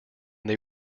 they